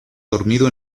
dormido